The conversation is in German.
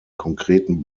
konkreten